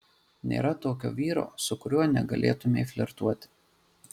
nėra tokio vyro su kuriuo negalėtumei flirtuoti